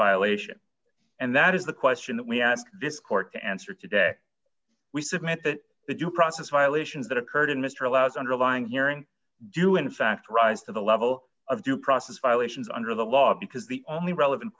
violation and that is the question that we ask this court to answer today we submit that the due process violations that occurred in mr allows underlying hearing do in fact rise to the level of due process violations under the law because the only relevant